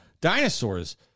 dinosaurs